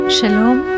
Shalom